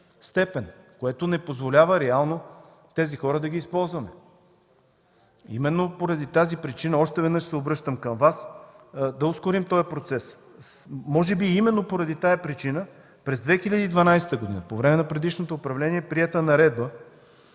степен, което не позволява реално тези хора да ги използваме. Поради тази причина още веднъж се обръщам към Вас, да ускорим този процес. Може би именно заради това през 2012 г., по време на предишното управление, е приета наредба,